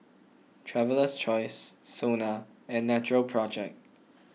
Traveler's Choice Sona and Natural Project